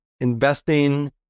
investing